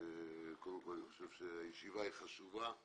קודם כל אני חושב שהישיבה היא חשובה.